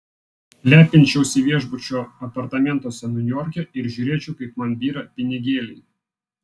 lepinčiausi viešbučio apartamentuose niujorke ir žiūrėčiau kaip man byra pinigėliai